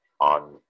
on